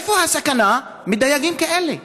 איפה הסכנה בדייגים כאלה?